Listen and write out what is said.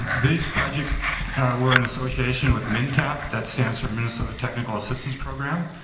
these projects were in association with mntap. that stands for minnesota technical assistance program.